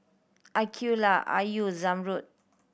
Aqeelah Ayu Zamrud